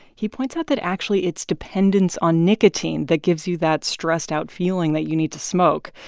he points out that, actually, it's dependence on nicotine that gives you that stressed-out feeling that you need to smoke,